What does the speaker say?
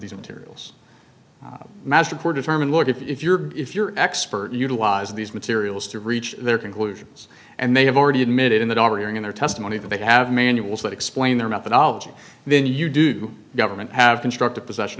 these materials master core determined look if you're get your expert utilize these materials to reach their conclusions and they have already admitted in that overhearing in their testimony that they have manuals that explain their methodology then you do government have constructive possession